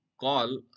call